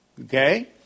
Okay